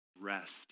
rest